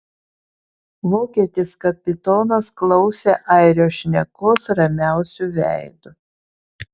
vokietis kapitonas klausė airio šnekos ramiausiu veidu